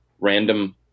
random